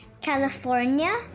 california